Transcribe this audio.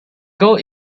goal